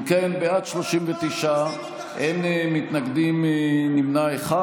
אם כן, בעד, 39, אין מתנגדים, נמנע אחד.